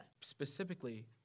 Specifically